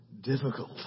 difficult